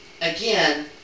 again